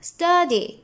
Study